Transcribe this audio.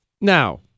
Now